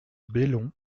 bellon